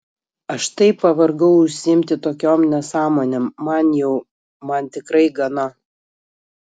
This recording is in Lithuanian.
aš taip pavargau užsiimti tokiom nesąmonėm man jau man tikrai gana